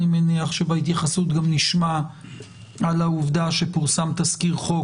אני מניח שבהתייחסות גם נשמע על העובדה שפורסם תסקיר חוק